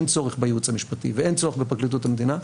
צורך בייעוץ המשפטי ואין צורך בפרקליטות המדינה,